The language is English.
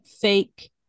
fake